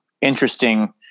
interesting